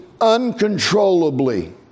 uncontrollably